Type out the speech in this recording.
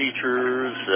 teachers